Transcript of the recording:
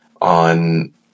on